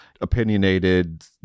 opinionated